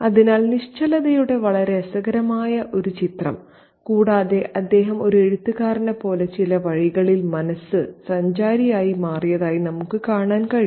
അതിനാൽ നിശ്ചലതയുടെ വളരെ രസകരമായ ചിത്രം കൂടാതെ അദ്ദേഹം ഒരു എഴുത്തുകാരനെപ്പോലെ ചില വഴികളിൽ മനസ്സ് സഞ്ചാരിയായി മാറിയതായി നമുക്ക് കാണാൻ കഴിയും